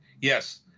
Yes